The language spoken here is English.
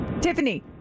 Tiffany